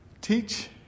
teach